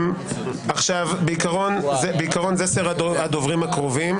בעיקרון זה סדר הדוברים הקרובים.